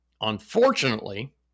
Unfortunately